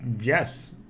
Yes